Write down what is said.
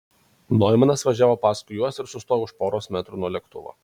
noimanas važiavo paskui juos ir sustojo už poros metrų nuo lėktuvo